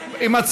פה.